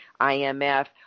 IMF